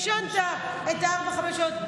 ישנתי, ישנת ארבע-חמש שעות.